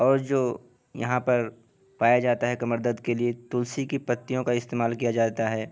اور جو یہاں پر پایا جاتا ہے کمر درد کے لیے تلسی کی پتیوں کا استعمال کیا جاتا ہے